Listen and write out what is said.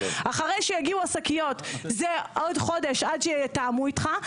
אחרי שיגיעו השקיות זה עוד חודש עד שיתאמו איתך,